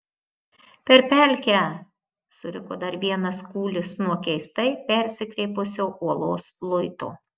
per pelkę suriko dar vienas kūlis nuo keistai persikreipusio uolos luito